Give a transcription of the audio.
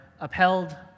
upheld